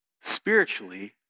spiritually